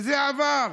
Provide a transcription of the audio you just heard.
וזה עבר.